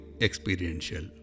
experiential